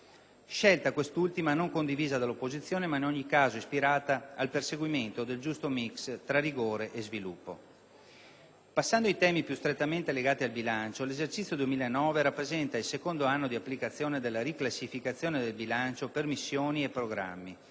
Scelta, quest'ultima, non condivisa dall'opposizione, ma in ogni caso ispirata al perseguimento del giusto *mix* tra rigore e sviluppo. Passando ai temi più strettamente legati al bilancio, l'esercizio 2009 rappresenta il secondo anno di applicazione della riclassificazione del bilancio per missioni e programmi.